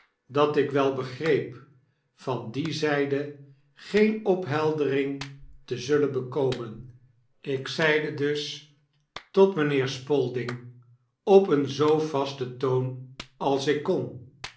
dat ik wel begreep van die zyde geen opheldering te zullen bekomen ik zeide dus tot mynheer spalding op een zoo vasten toon als ik kon